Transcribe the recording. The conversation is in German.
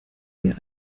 wir